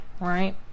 right